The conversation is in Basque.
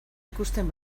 ikusten